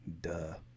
Duh